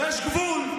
יש גבול.